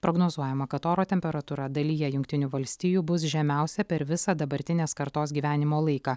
prognozuojama kad oro temperatūra dalyje jungtinių valstijų bus žemiausia per visą dabartinės kartos gyvenimo laiką